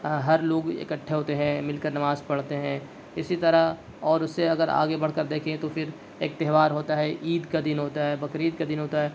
ہر لوگ اکٹھے ہوتے ہیں مل کر نماز پڑھتے ہیں اسی طرح اور اس سے اگر آگے بڑھ کر دیکھیں تو پھر ایک تہوار ہوتا ہے عید کا دن ہوتا ہے بقرعید کا دن ہوتا ہے